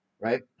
right